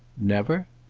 never?